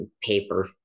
paper